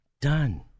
done